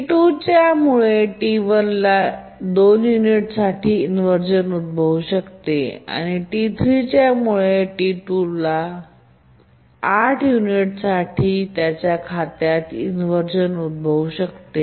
T2 च्या मुळे T1 ला 2 युनिटसाठी इन्व्हर्झन उद्भवू शकते आणि T3 च्या मुळे T2 खात्यात 8 युनिटसाठी इन्व्हर्झन उद्भवू शकते